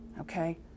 okay